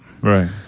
Right